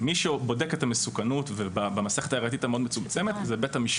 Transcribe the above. מי שבודק את המסוכנות במסכת הראייתית המאוד מצומצמת זה בית המשפט.